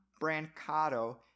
Brancato